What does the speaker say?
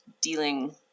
dealing